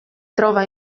trova